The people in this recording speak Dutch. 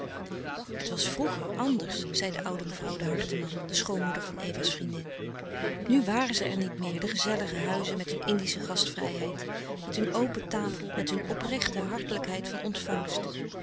het was vroeger anders zei de oude mevrouw de harteman de schoonmoeder van eva's vriendin nu waren ze er niet meer de gezellige huizen met hun indische gastvrijheid met hun open tafel met hun oprechte hartelijkheid van ontvangst